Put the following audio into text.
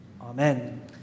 Amen